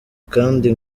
kandi